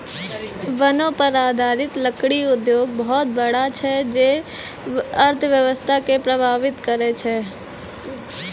वनो पर आधारित लकड़ी उद्योग बहुत बड़ा छै जे अर्थव्यवस्था के प्रभावित करै छै